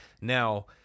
now